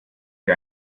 wie